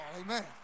amen